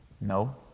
No